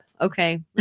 Okay